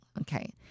okay